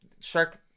shark